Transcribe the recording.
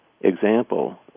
example